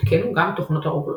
הותקנו גם תוכנות הרוגלות.